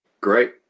Great